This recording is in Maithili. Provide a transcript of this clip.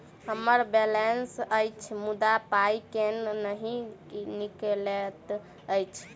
हम्मर बैलेंस अछि मुदा पाई केल नहि निकलैत अछि?